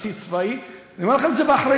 בסיס צבאי, אני אומר לכם את זה באחריות,